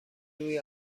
روی